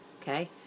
okay